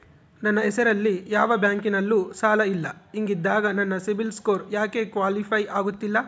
ನನ್ನ ಹೆಸರಲ್ಲಿ ಯಾವ ಬ್ಯಾಂಕಿನಲ್ಲೂ ಸಾಲ ಇಲ್ಲ ಹಿಂಗಿದ್ದಾಗ ನನ್ನ ಸಿಬಿಲ್ ಸ್ಕೋರ್ ಯಾಕೆ ಕ್ವಾಲಿಫೈ ಆಗುತ್ತಿಲ್ಲ?